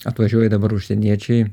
atvažiuoja dabar užsieniečiai